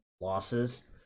losses